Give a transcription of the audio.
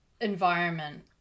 environment